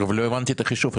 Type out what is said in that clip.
לא הבנתי את החישוב.